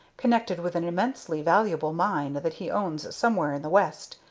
connected with an immensely valuable mine that he owns somewhere in the west,